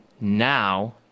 now